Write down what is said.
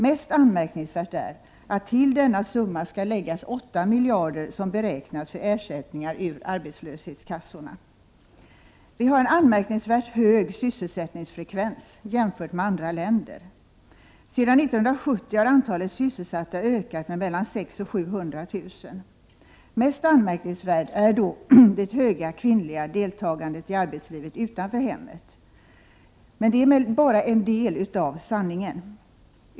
Mest anmärkningsvärt är att till denna summa skall läggas 8 miljarder som beräknas för ersättningar ur arbetslöshetskassorna. Vi har en anmärkningvärt hög sysselsättningsfrekvens jämfört med andra länder. Sedan 1970 har antalet sysselsatta ökat med mellan 600 000 och 700 000. Mest anmärkningsvärt är då det höga kvinnliga deltagandet i arbetslivet utanför hemmet. Det är emellertid bara en del av sanningen.